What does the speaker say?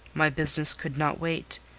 my business could not wait.